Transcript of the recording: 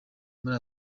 muri